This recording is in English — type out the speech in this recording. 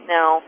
Now